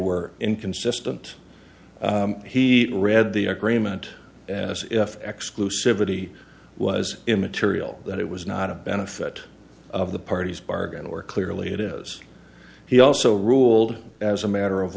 were inconsistent he read the agreement as if exclusivity was immaterial that it was not a benefit of the parties bargain or clearly it is he also ruled as a matter of